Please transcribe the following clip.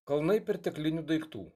kalnai perteklinių daiktų